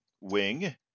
wing